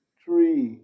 three